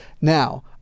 Now